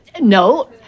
No